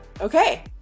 Okay